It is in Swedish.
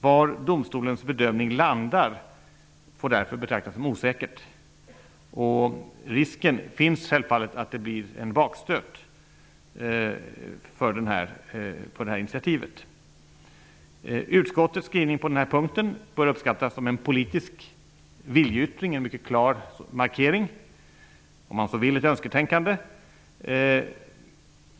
Var domstolens bedömning landar får därför betraktas som osäkert. Risken för att det blir en bakstöt för initiativet finns självfallet. Utskottets skrivning på denna punkt bör uppskattas som en politisk viljeyttring, en mycket klar markering och om man så vill ett önsketänkande.